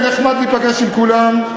נחמד להיפגש עם כולם,